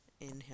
inhale